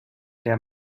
der